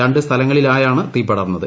രണ്ട് സ്ഥലങ്ങളിലായാണ് തീ പടർന്നത്